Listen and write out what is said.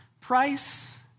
price